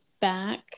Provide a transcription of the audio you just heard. back